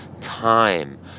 time